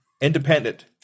independent